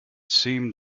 seemed